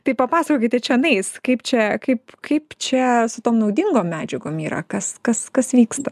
tai papasakokite čionais kaip čia kaip kaip čia su tom naudingom medžiagom yra kas kas kas vyksta